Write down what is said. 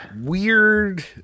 weird